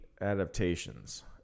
adaptations